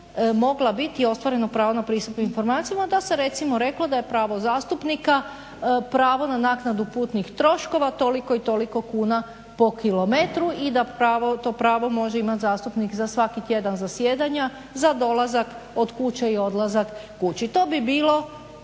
mogla biti i ostvareno pravo na pristup informacijama da se recimo reklo da je pravo zastupnika pravo na naknadu putnih troškova toliko i toliko kuna po kilometru i da to pravo može imati zastupnik za svaki tjedan zasjedanja, za dolazak od kuće i odlazak kući. To bi bilo